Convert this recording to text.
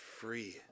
free